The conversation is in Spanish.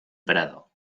prado